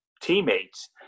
teammates